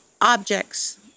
objects